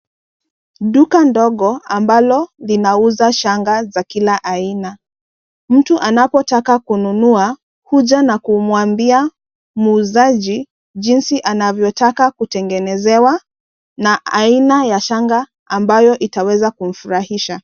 Duka ndogo ambalo linauza shanga za kila aina. Mtu anapotaka kununua, huja na kumwambia muuzaji jinsi anavyotaka kutengenezewa na aina ya shanga ambayo itaweza kumfurahisha.